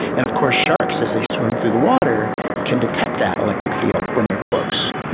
and of course sharks as they swim through the water can detect that electric field when they're close.